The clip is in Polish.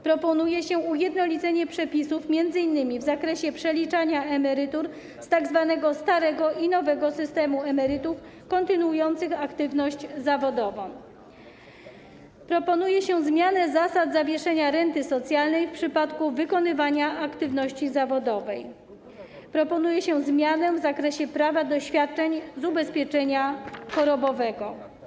Proponuje się ujednolicenie przepisów m.in. w zakresie przeliczania emerytur z tzw. starego i nowego systemu emerytów kontynuujących aktywność zawodową; zmianę zasad zawieszenia renty socjalnej w przypadku wykonywania aktywności zawodowej; zmianę w zakresie prawa do świadczeń z tytułu ubezpieczenia chorobowego.